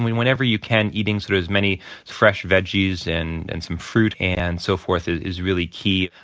whenever you can, eating sort of as many fresh veggies and and some fruit and so forth is really key.